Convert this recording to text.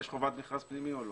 יש חובת מכרז פנימי או לא?